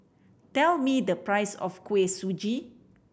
tell me the price of Kuih Suji